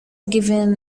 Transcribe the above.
given